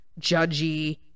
judgy